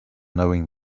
knowing